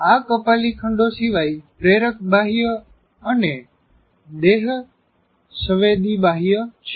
આ કપાલી ખંડો સિવાય પ્રેરક બાહ્યક અને દેહસવેદી બાહ્યક છે